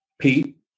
Pete